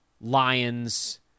Lions